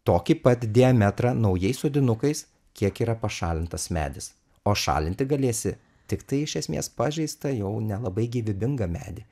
tokį pat diametrą naujais sodinukais kiek yra pašalintas medis o šalinti galėsi tiktai iš esmės pažeistą jau nelabai gyvybinga medį